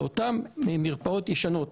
באותן מרפאות ישנות,